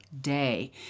day